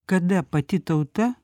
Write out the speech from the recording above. kada pati tauta